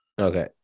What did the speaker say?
Okay